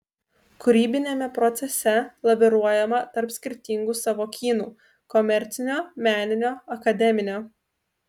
kūrybiniame procese laviruojama tarp skirtingų sąvokynų komercinio meninio akademinio